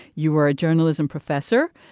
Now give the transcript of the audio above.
you were a journalism professor.